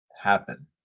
happen